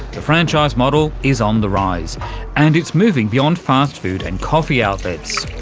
the franchise model is on the rise and it's moving beyond fast food and coffee outlets.